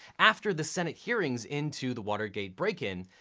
after the senate hearings into the watergate break-in,